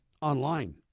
online